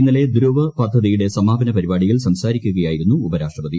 ഇന്നലെ ധ്രുവ് പദ്ധതിയുടെ സമാപന പരിപാടിയിൽ സംസാരിക്കുകയായിരുന്നു ഉപരാഷ്ട്രപതി